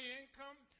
income